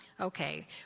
Okay